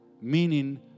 Meaning